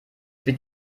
wird